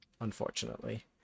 Unfortunately